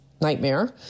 nightmare